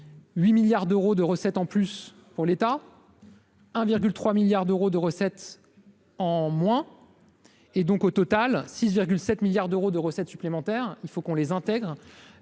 8 milliards d'euros de recettes en plus pour l'État : 1 virgule 3 milliards d'euros de recettes en moins et donc au total 6 7 milliards d'euros de recettes supplémentaires, il faut qu'on les intègre